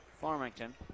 Farmington